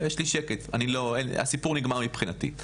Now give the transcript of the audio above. יש לי שקט והסיפור נגמר מבחינתי.